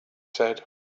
said